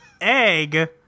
egg